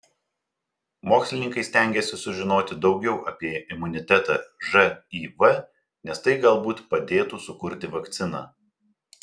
mokslininkai stengiasi sužinoti daugiau apie imunitetą živ nes tai galbūt padėtų sukurti vakciną